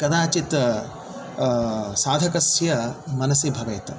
कदाचित् साधकस्य मनसि भवेत्